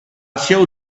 show